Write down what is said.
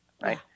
right